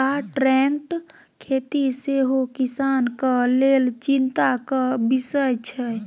contract खेती सेहो किसानक लेल चिंताक बिषय छै